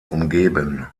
umgeben